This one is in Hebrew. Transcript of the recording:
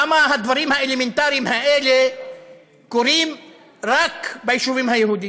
למה הדברים האלמנטריים האלה קורים רק ביישובים היהודיים?